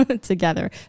together